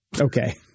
Okay